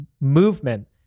movement